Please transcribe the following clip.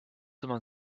man